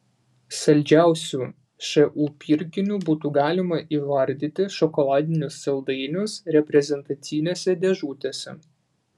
saldžiausiu šu pirkiniu būtų galima įvardyti šokoladinius saldainius reprezentacinėse dėžutėse